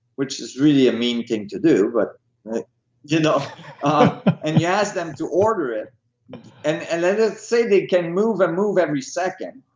which is really a mean thing to do, but you know and you asked them to order it and let's say they can move and move every second,